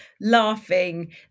laughing